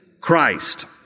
Christ